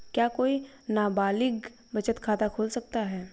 क्या कोई नाबालिग बचत खाता खोल सकता है?